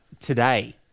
today